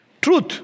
Truth